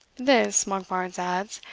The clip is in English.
this, monkbarns adds,